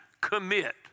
commit